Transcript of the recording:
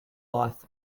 life